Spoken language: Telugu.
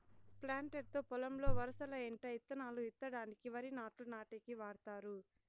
ప్లాంటర్ తో పొలంలో వరసల ఎంట ఇత్తనాలు ఇత్తడానికి, వరి నాట్లు నాటేకి వాడతారు